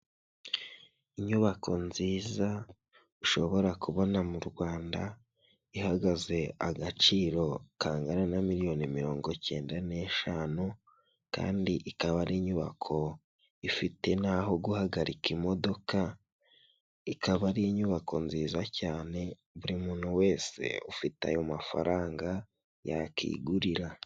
Inyubako nziza ushobora kubona mu Rwanda ihagaze agaciro kangana na miliyoni mirongo icyenda n'eshanu kandi ikaba ari inyubako ifite n'aho guhagarika imodoka, ikaba ari inyubako nziza cyane buri muntu wese ufite ayo mafaranga yakigurira.